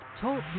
Talk